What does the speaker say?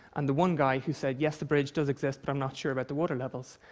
and the one guy who said, yes, the bridge does exist, but i'm not sure about the water levels.